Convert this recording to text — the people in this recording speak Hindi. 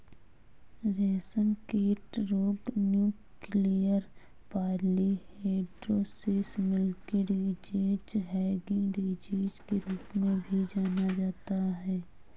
रेशमकीट रोग nuclear polyhedrosis, milky disease, hanging disease के रूप में भी जाना जाता है